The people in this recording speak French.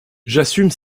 j’assume